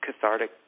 cathartic